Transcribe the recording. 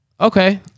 okay